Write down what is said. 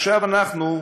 ועכשיו אנחנו,